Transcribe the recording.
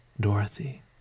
Dorothy